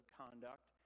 conduct